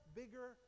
bigger